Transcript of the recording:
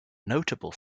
notable